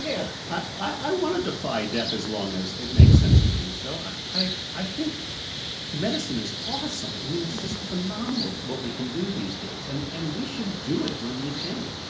yeah i want to defy death as long as it makes sense to do so. i i think medicine is awesome. i mean, it's just phenomenal what we can do these days, and and we should do it when we can.